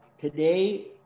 today